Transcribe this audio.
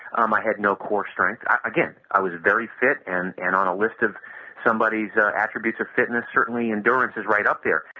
um i had no core strength. again, i was very fit and and on a list of somebody's attributes of fitness certainly endurance is right up there,